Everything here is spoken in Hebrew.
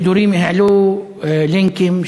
העלו לינקים,